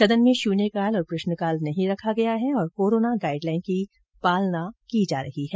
सदन में शून्यकाल और प्रश्नकाल नहीं रखा गया है और कोरोना गाइड लाइन की पालना की जा रही है